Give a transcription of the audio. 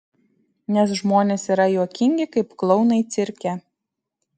nes žmonės yra juokingi kaip klounai cirke